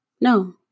No